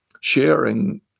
sharing